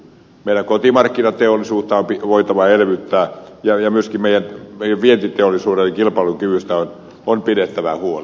meillä kotimarkkinateollisuutta on voitava elvyttää ja myöskin meidän vientiteollisuutemme kilpailukyvystä on pidettävä huoli